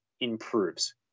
improves